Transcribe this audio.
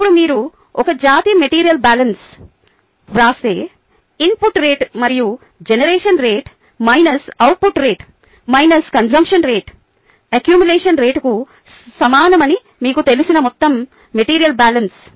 ఇప్పుడు మీరు ఒక జాతి మెటీరియల్ బ్యాలెన్స్ వ్రాస్తే ఇన్పుట్ రేటు మరియు generation rate minus output rate minus consumption rate accumulation రేటుకు సమానమని మీకు తెలిసిన మొత్తం మెటీరియల్ బ్యాలెన్స్